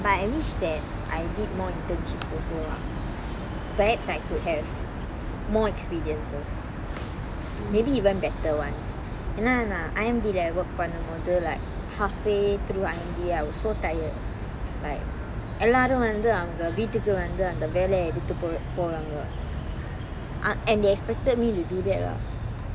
but I wish that I did more internships also lah perhaps I could have more experiences maybe even better ones என்னா நான்:enna naan I_M_D lah work பண்ணும் போது:pannum pothu like halfway through I was so tired like எல்லாரும் வந்து அவங்க வீட்டுக்கு வந்து அந்த வேலைய எடுத்து போவ் போவாங்க:ellarum vanthu avanga veettukku vanthu antha velaya eduthu pov povanga and they expected me to do that lah